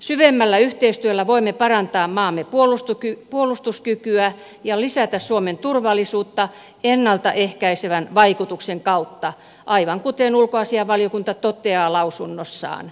syvemmällä yhteistyöllä voimme parantaa maamme puolustuskykyä ja lisätä suomen turvallisuutta ennalta ehkäisevän vaikutuksen kautta aivan kuten ulkoasiainvaliokunta toteaa lausunnossaan